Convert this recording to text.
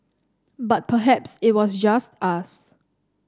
but perhaps it was just us